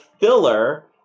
filler